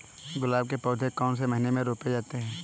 गुलाब के पौधे कौन से महीने में रोपे जाते हैं?